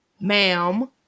ma'am